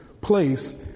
place